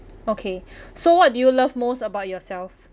okay so what do you love most about yourself